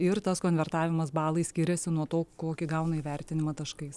ir tas konvertavimas balais skiriasi nuo to kokį gauna įvertinimą taškais